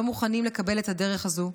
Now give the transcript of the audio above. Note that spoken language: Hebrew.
לא מוכנים לקבל את הדרך הזו,